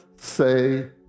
say